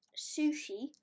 sushi